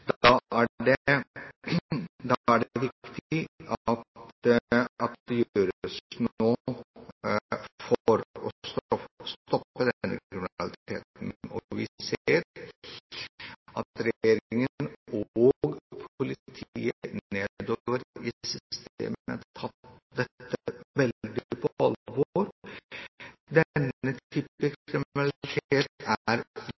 Da er det viktig at det gjøres noe for å stoppe denne kriminaliteten. Vi ser at regjeringen og politiet nedover i systemet tar dette veldig på alvor. Denne kriminalitet er